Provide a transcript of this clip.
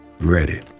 ready